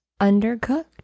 undercooked